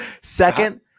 Second